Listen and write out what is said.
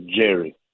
Jerry